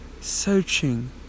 searching